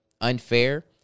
unfair